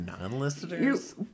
non-listeners